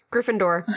Gryffindor